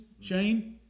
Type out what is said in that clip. Shane